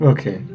Okay